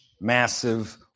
massive